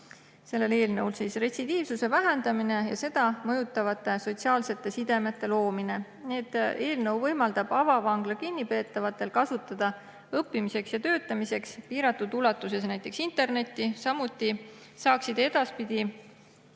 teine eesmärk: retsidiivsuse vähendamine ja seda mõjutavate sotsiaalsete sidemete loomine. Eelnõu võimaldab avavangla kinnipeetavatel kasutada õppimiseks ja töötamiseks piiratud ulatuses näiteks internetti. Samuti saaksid edaspidi